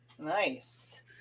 Nice